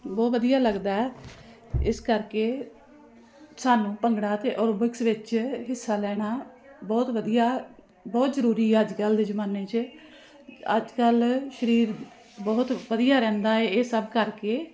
ਬਹੁਤ ਵਧੀਆ ਲੱਗਦਾ ਇਸ ਕਰਕੇ ਸਾਨੂੰ ਭੰਗੜਾ ਅਤੇ ਅਰੋਬਿਕਸ ਵਿੱਚ ਹਿੱਸਾ ਲੈਣਾ ਬਹੁਤ ਵਧੀਆ ਬਹੁਤ ਜ਼ਰੂਰੀ ਆ ਅੱਜ ਕੱਲ੍ਹ ਦੇ ਜ਼ਮਾਨੇ 'ਚ ਅੱਜ ਕੱਲ੍ਹ ਸਰੀਰ ਬਹੁਤ ਵਧੀਆ ਰਹਿੰਦਾ ਇਹ ਸਭ ਕਰਕੇ